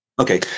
okay